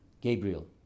Gabriel